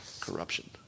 corruption